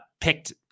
picked